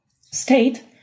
state